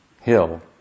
hill